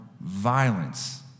violence